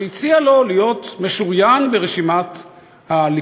שהציע לו להיות משוריין ברשימת הליכוד,